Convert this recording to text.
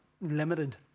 limited